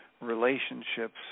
relationships